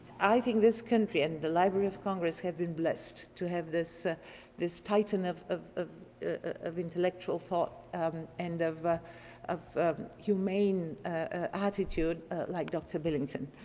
i think this country and the library of congress have been blessed to have this ah this tighten of of ah intellectual thought um and of ah of humane attitude like dr. billington.